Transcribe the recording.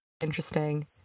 Interesting